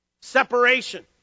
separation